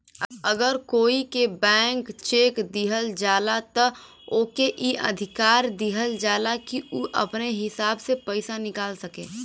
अगर कोई के ब्लैंक चेक दिहल जाला त ओके ई अधिकार दिहल जाला कि उ अपने हिसाब से पइसा निकाल सके